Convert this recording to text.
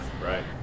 Right